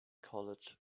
college